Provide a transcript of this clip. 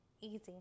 easy